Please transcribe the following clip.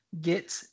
get